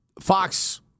Fox